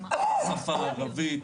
בשפה הערבית,